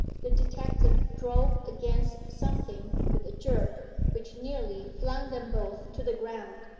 the detective drove against something with a jerk which nearly flung them both to the ground.